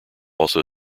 also